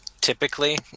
typically